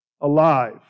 Alive